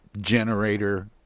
generator